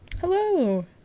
Hello